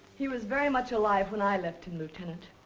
he was very much alive when i left him, lieutenant.